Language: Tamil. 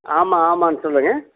ஆமாம் ஆமாம் சொல்லுங்கள்